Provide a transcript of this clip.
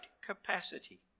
capacity